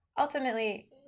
ultimately